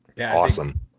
Awesome